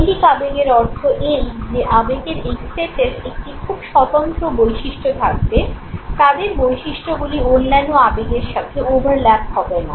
মৌলিক আবেগের অর্থ এই যে আবেগের এই সেটের একটি খুব স্বতন্ত্র বৈশিষ্ট্য থাকবে তাদের বৈশিষ্ট্যগুলি অন্যান্য আবেগের সাথে ওভারল্যাপ হবে না